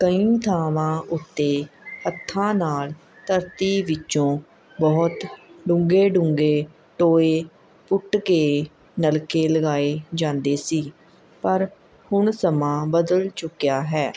ਕਈ ਥਾਵਾਂ ਉੱਤੇ ਹੱਥਾਂ ਨਾਲ਼ ਧਰਤੀ ਵਿੱਚੋਂ ਬਹੁਤ ਡੂੰਘੇ ਡੂੰਘੇ ਟੋਏ ਪੁੱਟ ਕੇ ਨਲਕੇ ਲਗਾਏ ਜਾਂਦੇ ਸੀ ਪਰ ਹੁਣ ਸਮਾਂ ਬਦਲ ਚੁੱਕਿਆ ਹੈ